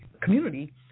community